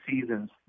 seasons